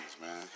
man